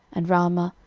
and raamah,